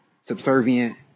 subservient